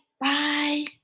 Bye